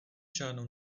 žádnou